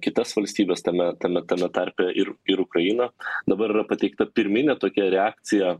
kitas valstybes tame tame tame tarpe ir ir ukrainą dabar yra pateikta pirminė tokia reakcija